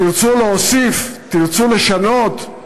תרצו להוסיף, תרצו לשנות,